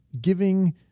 giving